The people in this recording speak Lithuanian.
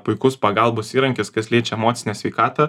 puikus pagalbos įrankis kas liečia emocinę sveikatą